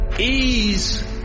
Ease